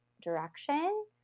direction